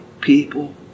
people